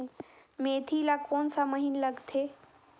मेंथी ला कोन सा महीन लगथे?